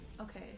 Okay